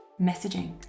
messaging